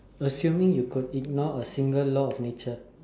assuming you could ignore a single law of nature